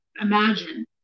imagine